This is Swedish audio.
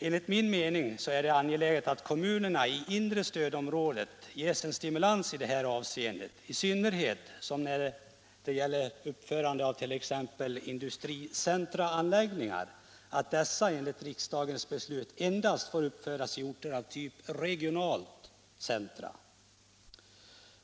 Enligt min mening är det angeläget att kommunerna i inre stödområdet ges en stimulans i detta avseende, i synnerhet som industricentra enligt riksdagsbeslut endast får uppföras i orter av typ regionalt centrum.